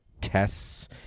tests